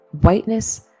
whiteness